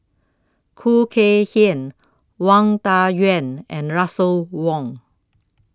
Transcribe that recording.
Khoo Kay Hian Wang Dayuan and Russel Wong